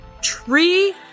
tree